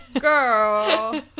girl